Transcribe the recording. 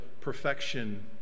perfection